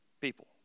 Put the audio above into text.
people